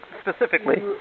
specifically